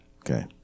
Okay